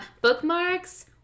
Bookmarks